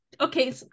okay